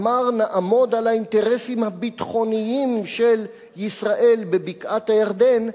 אמר: נעמוד על האינטרסים הביטחוניים של ישראל בבקעת-הירדן,